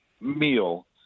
meal